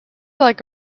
like